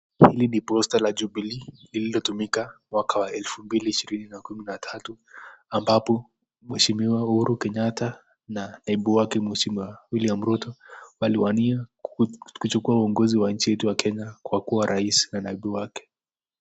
Hili ni posta la jubilee lilotumika mwaka wa elfu mbili ishirini na tatu, ambapo mweshimiwa Uhuru Kenyatta na mweshimiwa naibu wake Wiliam Ruto, waliwania kukua rais wetu wakenya pamoja na naibu wake.